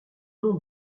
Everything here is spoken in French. nom